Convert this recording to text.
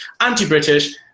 anti-British